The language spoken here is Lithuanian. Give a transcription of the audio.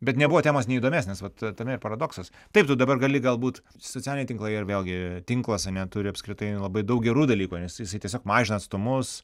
bet nebuvo temos neįdomesnės vat tame ir paradoksas taip tu dabar gali galbūt socialiniai tinklai ir vėlgi tinklas ane turi apskritai labai daug gerų dalykų nes jisai tiesiog mažina atstumus